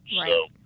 Right